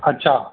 अच्छा